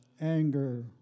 anger